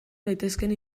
daitezkeen